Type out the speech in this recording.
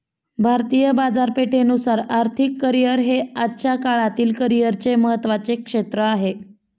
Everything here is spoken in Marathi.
भारतीय बाजारपेठेनुसार आर्थिक करिअर हे आजच्या काळातील करिअरचे महत्त्वाचे क्षेत्र आहे